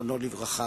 זיכרונו לברכה,